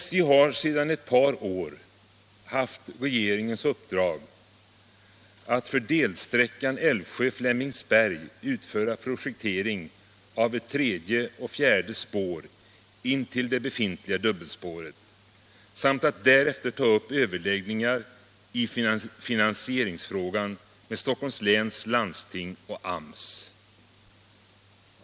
SJ har sedan ett par år haft regeringens uppdrag att för delsträckan Älvsjö-Flemingsberg utföra projektering av ett tredje och fjärde spår intill det befintliga dubbelspåret samt att därefter ta upp överläggningar i finansieringsfrågan med Stockholms läns landsting och AMS.